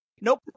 Nope